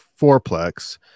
fourplex